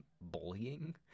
bullying